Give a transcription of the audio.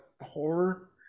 horror